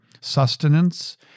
sustenance